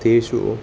तेषु